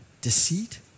deceit